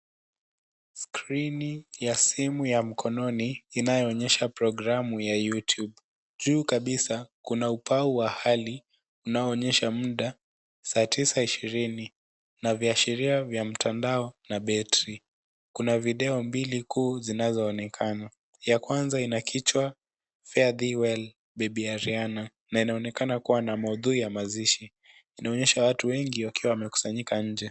Skrini ya simu ya mkononi inayoonyesha programu ya Youtube. Juu kabisa kuna ubao wa hali unaonyesha muda saa tisa ishirini na viashiria vya mtandao na battery .Kuna video mbli kuu zinazoonekana. Ya kwanza ina kichwa Fare Thee Well Baby Ariana na inaonekana kuwa na maudhui ya mazishi. Inaonyesha watu wengi wakiwa wamekusanyika nje.